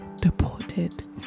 deported